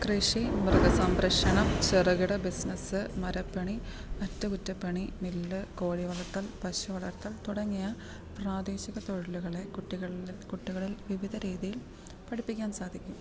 കൃഷി മൃഗസംരക്ഷണം ചെറുകിട ബിസിനസ്സ് മരപ്പണി അറ്റ കുറ്റപ്പണി മില്ല് കോഴി വളർത്തൽ പശു വളർത്തൽ തുടങ്ങിയ പ്രാദേശിക തൊഴിലുകളെ കുട്ടികളുടെ കുട്ടികളിൽ വിവിധ രീതിയിൽ പഠിപ്പിക്കാൻ സാധിക്കും